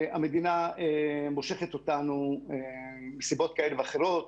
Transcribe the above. המדינה מושכת אותנו מסיבות כאלה ואחרות.